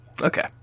Okay